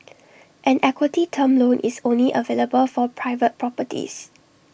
an equity term loan is only available for private properties